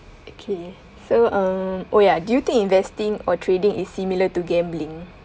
okay so um oh ya do you think investing or trading is similar to gambling